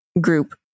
group